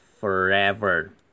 Forever